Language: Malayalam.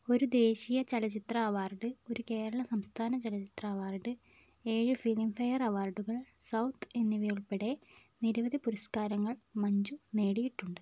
ഒരു ദേശീയ ചലച്ചിത്ര അവാർഡ് ഒരു കേരള സംസ്ഥാന ചലച്ചിത്ര അവാർഡ് ഏഴ് ഫിലിം ഫെയർ അവാർഡുകൾ സൗത്ത് എന്നിവയുൾപ്പെടെ നിരവധി പുരസ്കാരങ്ങൾ മഞ്ജു നേടിയിട്ടുണ്ട്